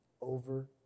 over